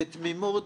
בתמימות,